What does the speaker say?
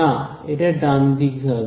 না এটা ডান দিকে হবে